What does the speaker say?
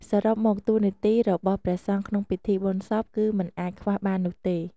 សរុបមក តួនាទីរបស់ព្រះសង្ឃក្នុងពិធីបុណ្យសពគឺមិនអាចខ្វះបាននោះទេ។